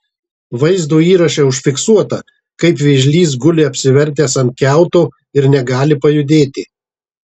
vaizdo įraše užfiksuota kaip vėžlys guli apsivertęs ant kiauto ir negali pajudėti